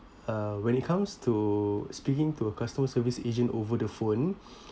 uh when it comes to speaking to a customer service agent over the phone